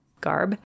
garb